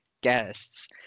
guests